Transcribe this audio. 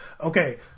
Okay